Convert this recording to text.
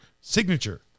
signature